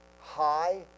high